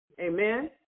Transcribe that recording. Amen